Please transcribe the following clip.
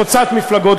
חוצת-מפלגות,